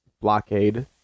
blockade